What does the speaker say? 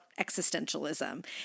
existentialism